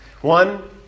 One